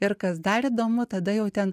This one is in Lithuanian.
ir kas dar įdomu tada jau ten